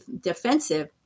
defensive